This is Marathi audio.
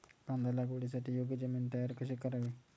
कांदा लागवडीसाठी योग्य जमीन तयार कशी करावी?